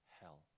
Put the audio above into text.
hell